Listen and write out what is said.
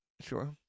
sure